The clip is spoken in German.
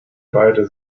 beide